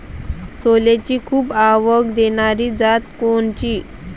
सोल्याची खूप आवक देनारी जात कोनची?